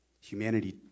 humanity